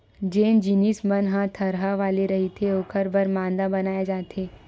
जेन जिनिस मन ह थरहा वाले रहिथे ओखर बर मांदा बनाए जाथे